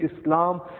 Islam